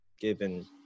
given